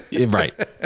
Right